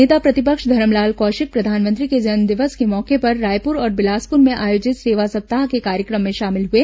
नेता प्रतिपक्ष धरमलाल कौशिक प्रधानमंत्री के जन्मदिवस के मौके पर रायपुर और बिलासपुर में आयोजित सेवा सप्ताह के कार्यक्रम में शामिल हुए